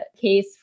case